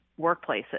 workplaces